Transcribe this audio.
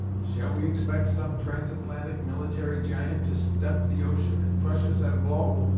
shall we expect some transatlantic military giant to step the ocean and crush us at a blow?